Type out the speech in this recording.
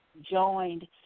joined